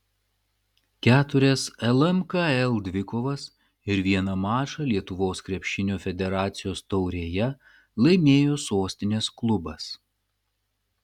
keturias lmkl dvikovas ir vieną mačą lietuvos krepšinio federacijos taurėje laimėjo sostinės klubas